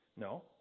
No